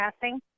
passing